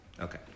okay